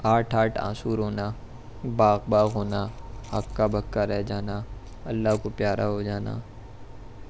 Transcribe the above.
آٹھ آٹھ آنسو رونا باغ باغ ہونا ہکا بکا رہ جانا اللہ کو پیارا ہو جانا